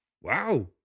Wow